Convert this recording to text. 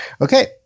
Okay